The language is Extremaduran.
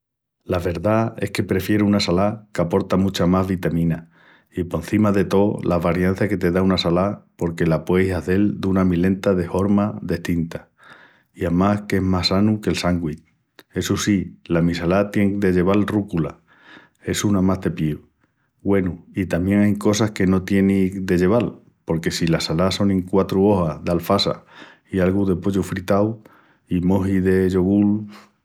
La verdá es que prefieru una salá qu'aporta mucha más vitamina i, porcima de tó, la variança que te dá una salá porque la pueis hazel duna milenta de hormas destintas. I amás qu'es más sanu qu'el sandwich. Essu sí, la mi salá tien de lleval rúcula, essu namás te píu. Güenu, i tamién ain cosas que no tieni de lleval porque si la salá sonin quatru ojas d'alfassa i algu pollu fritau i moji de yogul...